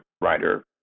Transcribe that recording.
writer